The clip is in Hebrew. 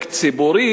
בפרויקט ציבורי,